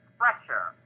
pressure